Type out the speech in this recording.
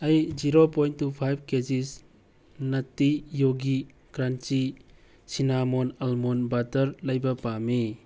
ꯑꯩ zero point two five ꯀꯦꯖꯤꯁ ꯅꯠꯇꯤ ꯌꯣꯒꯤ ꯀ꯭ꯔꯟꯆꯤ ꯁꯤꯅꯥꯃꯣꯟ ꯑꯜꯃꯣꯟ ꯕꯇꯔ ꯂꯩꯕ ꯄꯥꯝꯃꯤ